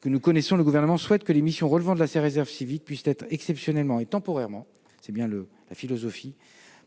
que nous connaissons, le Gouvernement souhaite que les missions relevant de la réserve civique puissent être exceptionnellement et temporairement